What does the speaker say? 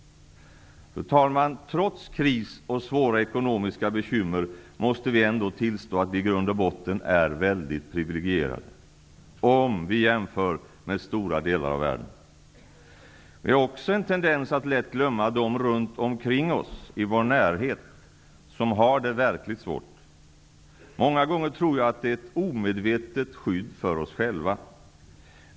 Fru talman! Trots kris och svåra ekonomiska bekymmer, måste vi tillstå att vi i grund och botten är väldigt privilegierade, om vi jämför med stora delar av världen. Vi har också en tendens att lätt glömma dem runt omkring oss, i vår närhet, som har det verkligt svårt. Många gånger tror jag att det är ett omedvetet skydd för oss själva.